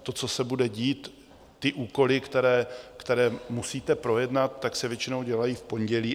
To, co se bude dít, ty úkoly, které musíte projednat, tak se většinou dělají v pondělí.